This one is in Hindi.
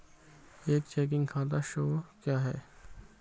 एक चेकिंग खाता शेष क्या है?